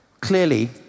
clearly